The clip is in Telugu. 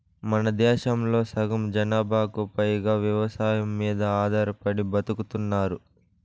మనదేశంలో సగం జనాభాకు పైగా వ్యవసాయం మీద ఆధారపడి బతుకుతున్నారు